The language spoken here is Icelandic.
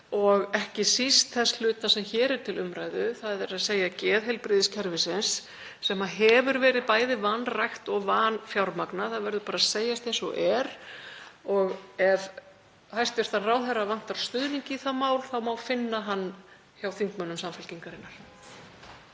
og ekki síst þess hluta sem hér er til umræðu, geðheilbrigðiskerfisins sem hefur verið bæði vanrækt og vanfjármagnað. Það verður bara að segjast eins og er. Ef hæstv. ráðherra vantar stuðning í það mál þá má finna hann hjá þingmönnum Samfylkingarinnar.